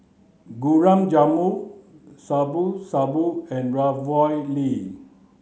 Gulab Jamun Shabu Shabu and Ravioli